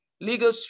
legal